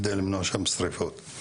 כדי למנוע שם שריפות.